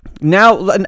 now